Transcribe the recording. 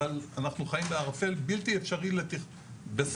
אבל אנחנו חיים בערפל בלתי אפשרי בספורט